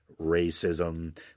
racism